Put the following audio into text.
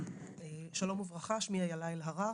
שלום וברכה, שמי אילה אלהרר,